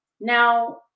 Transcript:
Now